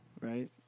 right